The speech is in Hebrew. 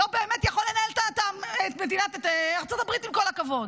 לא באמת יכול לנהל את ארצות הברית, עם כל הכבוד.